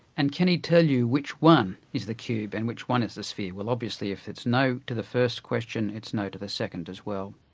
and can he tell you which one is the cube and which one is the sphere? well obviously if it's no to the first question, it's no to the second as well.